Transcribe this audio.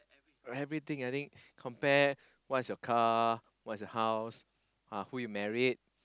everything I think compare what's you car what's your house uh who you married